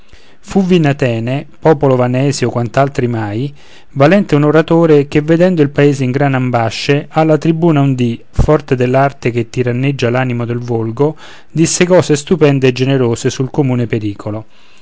quant'altri mai valente un oratore che vedendo il paese in grandi ambasce alla tribuna un dì forte dell'arte che tiranneggia l'animo del volgo disse cose stupende e generose sul comune pericolo